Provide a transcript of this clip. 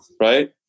Right